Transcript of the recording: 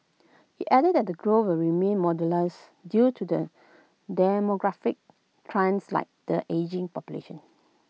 IT added that the growth will remain due to the demographic trends like the ageing population